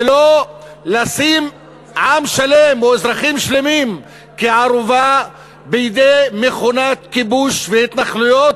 ולא לשים עם שלם או אזרחים שלמים כערובה בידי מכונת כיבוש והתנחלויות